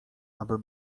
aby